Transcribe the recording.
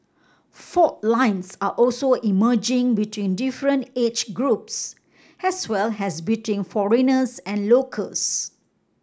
fault lines are also emerging between different age groups as well as between foreigners and locals